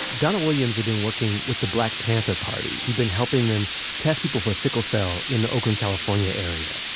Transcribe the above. donald williams had been working with the black panther party. he'd been helping them test people for sickle cell in the oakland, calif, and area.